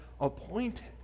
appointed